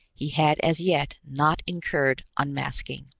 he had as yet not incurred unmasking.